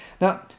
Now